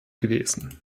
gewesen